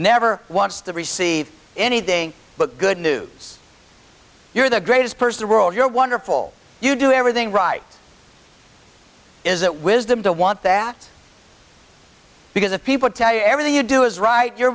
never wants to receive anything but good news you're the greatest person you're wonderful you do everything right is it wisdom to want that because if people tell you everything you do is right you